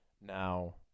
now